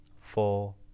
four